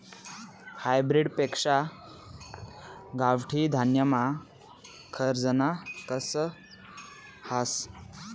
hybrid पेक्शा गावठी धान्यमा खरजना कस हास